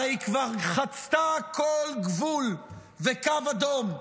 הרי היא כבר חצתה כל גבול וקו אדום.